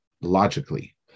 logically